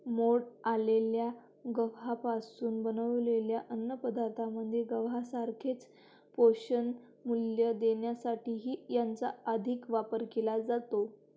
मोड आलेल्या गव्हापासून बनवलेल्या अन्नपदार्थांमध्ये गव्हासारखेच पोषणमूल्य देण्यासाठीही याचा अधिक वापर केला जातो